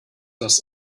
das